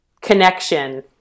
connection